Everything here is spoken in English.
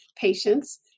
patients